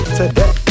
today